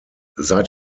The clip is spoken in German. seit